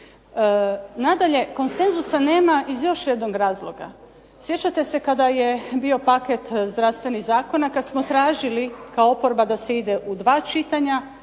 Nadalje, konsenzusa nema iz još jednog razloga. Sjećate se kada je bio paket zdravstvenih zakona, kad smo tražili kao oporba da se ide u dva čitanja,